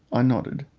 i nodded.